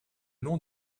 nom